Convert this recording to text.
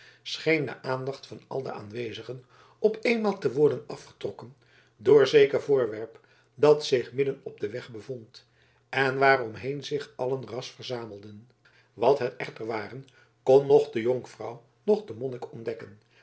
de aandacht van al de aanwezigen op eenmaal te worden afgetrokken door zeker voorwerp dat zich midden op den weg bevond en waar omheen zich allen ras verzamelden wat het echter ware kon noch de jonkvrouw noch de monnik ontdekken